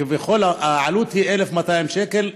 כביכול העלות היא 1,200 שקל,